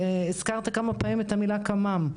הזכרת כמה פעמים את המושג "כמ"מ",